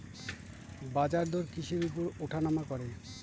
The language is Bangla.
বাজারদর কিসের উপর উঠানামা করে?